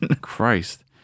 Christ